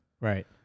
Right